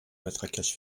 matraquage